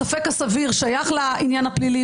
הספק הסביר שייך לעניין הפלילי.